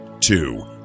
Two